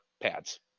pads